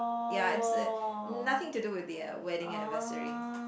ya it's a nothing to do with the wedding anniversary